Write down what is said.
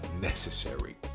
necessary